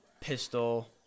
pistol